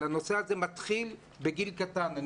הנושא הזה מתחיל בגיל קטן.